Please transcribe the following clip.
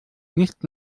nicht